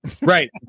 right